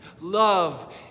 love